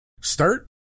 start